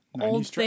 old